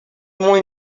muy